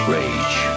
Rage